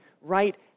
right